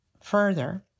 further